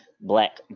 Black